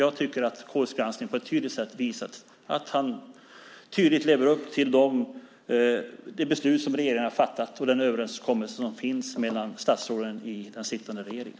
Jag tycker att KU:s granskning på ett tydligt sätt visat att han tydligt lever upp till det beslut som regeringen har fattat och den överenskommelse som finns mellan statsråden i den sittande regeringen.